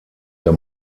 der